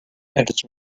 elles